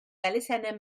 elusennau